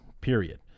period